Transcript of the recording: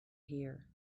hear